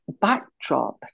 backdrop